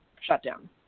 shutdown